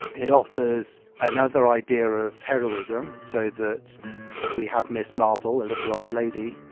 it offers another idea of heroism, so that we have miss marple, a little old lady,